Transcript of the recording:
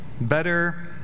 better